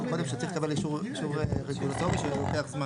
נכתב שצריך לקבל אישור רגולטורי שלוקח זמן.